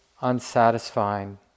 unsatisfying